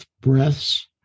breaths